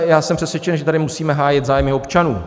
Já jsem přesvědčen, že tady musíme hájit zájmy občanů.